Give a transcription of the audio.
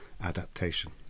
adaptation